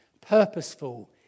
Purposeful